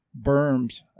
berms